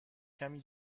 کمی